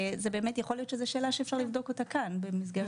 יכול להיות שזו שאלה שאפשר לבדוק אותה כאן במסגרת הייעוץ המשפטי.